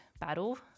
battle